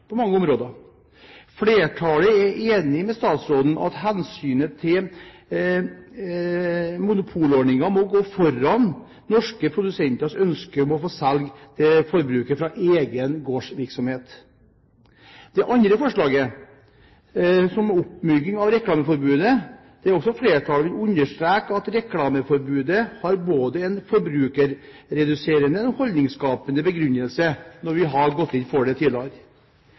på mange områder. Flertallet er enig med statsråden i at hensynet til monopolordningen må gå foran norske produsenters ønske om å få solgt til forbruker fra egen gårdsvirksomhet. Når det gjelder det andre forslaget, om oppmyking av reklameforbudet, vil også flertallet understreke at reklameforbudet både har en forbruksreduserende og holdningsskapende begrunnelse, som vi har gått inn for tidligere. Stortinget har jo også tidligere